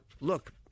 Look